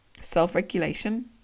self-regulation